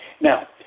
Now